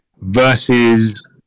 versus